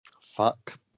Fuck